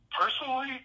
Personally